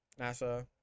nasa